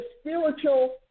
spiritual